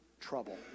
trouble